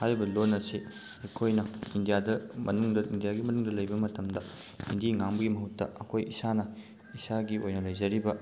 ꯍꯥꯏꯔꯤꯕ ꯂꯣꯟ ꯑꯁꯤ ꯑꯩꯈꯣꯏꯅ ꯏꯟꯗꯤꯌꯥꯗ ꯃꯅꯨꯡꯗ ꯏꯟꯗꯤꯌꯥꯒꯤ ꯃꯅꯨꯡꯗ ꯂꯩꯕ ꯃꯇꯝꯗ ꯍꯤꯟꯗꯤ ꯉꯥꯡꯕꯒꯤ ꯃꯍꯨꯠꯇ ꯑꯩꯈꯣꯏ ꯏꯁꯥꯅ ꯏꯁꯥꯒꯤ ꯑꯣꯏꯅ ꯂꯩꯖꯔꯤꯕ